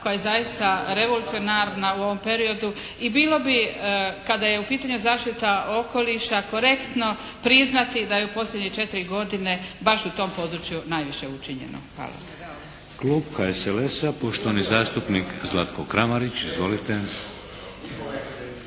koja je zaista revolucionarna u ovom periodu i bilo bi kada je u pitanju zaštita okoliša korektno priznati da je u posljednjih 4 godine baš u tom području najviše učinjeno. Hvala.